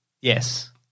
Yes